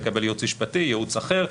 לקבל יעוץ משפטי יעוץ אחר,